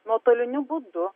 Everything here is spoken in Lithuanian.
nuotoliniu būdu